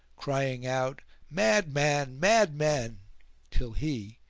crying out madman! madman! till he,